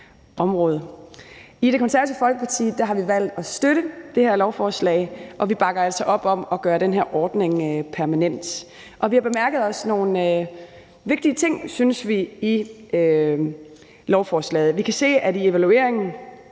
område. I Det Konservative Folkeparti har vi valgt at støtte det her lovforslag, og vi bakker altså op om at gøre den her ordning permanent. Vi har bemærket nogle vigtige ting, synes vi, i lovforslaget. Vi kan i evalueringen